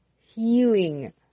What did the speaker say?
healing